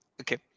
Okay